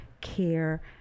Care